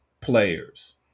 players